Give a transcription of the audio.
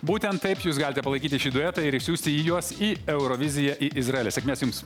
būtent taip jūs galite palaikyti šį duetą ir išsiųsti juos į euroviziją į izraelį sėkmės jums